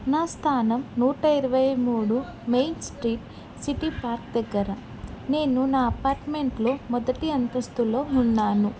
నా స్థానం నూట ఇరవై మూడు మెయిన్ స్ట్రీట్ సిటీ పార్క్ దగ్గర నేను నా అపార్ట్మెంట్లో మొదటి అంతస్తులో ఉన్నాను